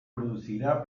producirá